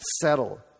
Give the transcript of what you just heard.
settle